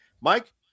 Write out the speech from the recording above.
Mike